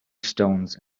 stones